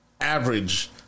average